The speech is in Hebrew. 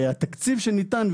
התקציב שניתן,